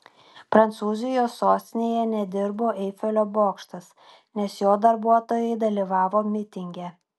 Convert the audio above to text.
prancūzijos sostinėje nedirbo eifelio bokštas nes jo darbuotojai dalyvavo mitinge